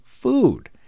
food